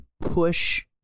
push